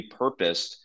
repurposed